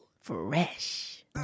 Fresh